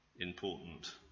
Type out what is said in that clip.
important